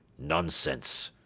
nonsense,